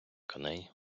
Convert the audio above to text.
коней